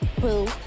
boo